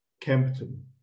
Kempton